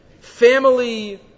Family